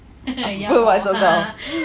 apa maksud kau